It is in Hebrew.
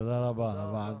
תודה רבה.